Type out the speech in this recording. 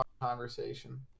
conversation